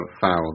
foul